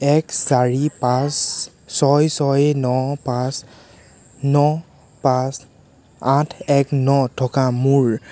এক চাৰি পাঁচ ছয় ছয় ন পাঁচ ন পাঁচ আঠ এক ন ত থকা মোৰ